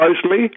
closely